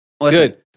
Good